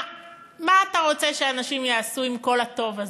מה אתה רוצה שאנשים יעשו עם כל הטוב הזה?